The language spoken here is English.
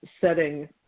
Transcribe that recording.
setting